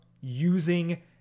using